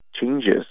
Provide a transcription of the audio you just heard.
changes